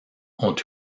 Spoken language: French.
ont